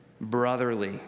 brotherly